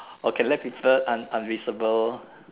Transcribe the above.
or can let people un~ unvisible